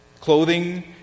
Clothing